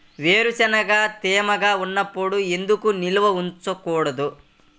వేరుశనగలు తేమగా ఉన్నప్పుడు ఎందుకు నిల్వ ఉంచకూడదు?